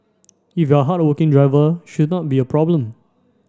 if you're a hardworking driver should not be a problem